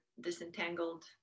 disentangled